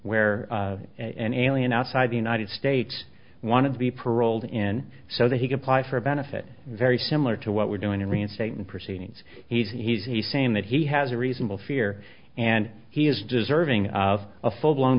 where an alien outside the united states wanted to be paroled in so that he could apply for a benefit very similar to what we're doing in reinstating proceedings he's saying that he has a reasonable fear and he is deserving of a full blown